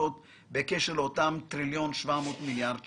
החלטות בקשר לאותם טריליון 700 מיליארד ₪.